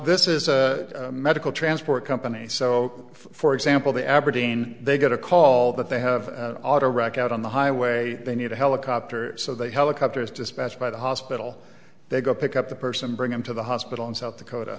this is a medical transport company so for example they aberdeen they get a call that they have a rack out on the highway they need a helicopter so they helicopters dispatched by the hospital they go pick up the person bring them to the hospital in south dakota